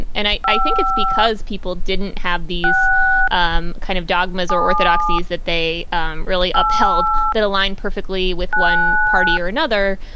and i i think it's because people didn't have these um kind of dogmas or orthodoxies that they um really upheld that align perfectly with one party or another.